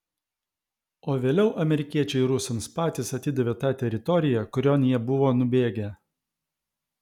o vėliau amerikiečiai rusams patys atidavė tą teritoriją kurion jie buvo nubėgę